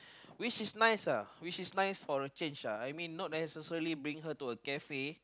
which is nice uh which is nice for a change uh I mean not necessary bring her to a cafe